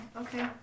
okay